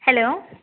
hello